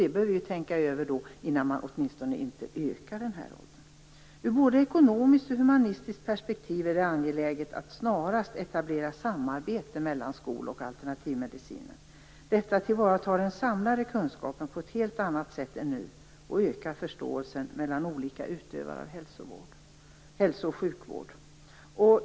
Detta bör man tänka över, så att man åtminstone inte höjer åldersgränsen. Från både ekonomiskt och humanistiskt perspektiv är det angeläget att snarast etablera ett samarbete mellan skol och alternativmedicinen. Detta tillvaratar den samlade kunskapen på ett helt annat sätt än nu och ökar förståelsen mellan olika utövare av hälsooch sjukvård.